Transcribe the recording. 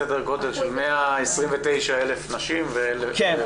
סדר גודל של 129,000 נשים ו-1,000 גברים.